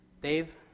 Dave